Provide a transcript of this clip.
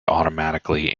automatically